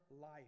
life